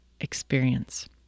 experience